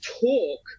talk